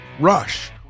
Rush